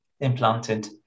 implanted